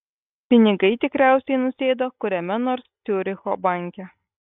pinigai tikriausiai nusėdo kuriame nors ciuricho banke